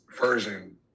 version